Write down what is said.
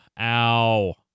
Ow